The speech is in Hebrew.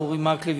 אורי מקלב,